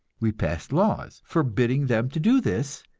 we passed laws forbidding them to do this,